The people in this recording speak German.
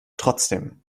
trotzdem